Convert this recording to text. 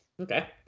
Okay